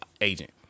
agent